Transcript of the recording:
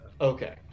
Okay